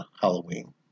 halloween